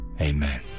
amen